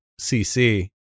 cc